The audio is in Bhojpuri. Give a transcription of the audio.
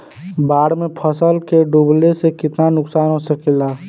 बाढ़ मे फसल के डुबले से कितना नुकसान हो सकेला?